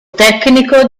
tecnico